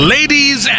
Ladies